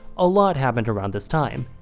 a lot happened around this time,